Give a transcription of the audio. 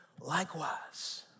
likewise